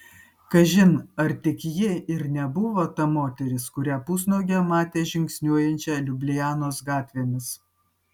kažin ar tik ji ir nebuvo ta moteris kurią pusnuogę matė žingsniuojančią liublianos gatvėmis